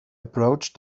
approached